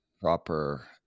proper